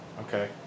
okay